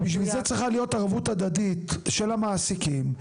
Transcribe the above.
ובשביל זה צריכה להיות ערבות הדדית של המעסיקים.